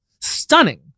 stunning